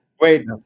Wait